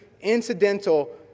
incidental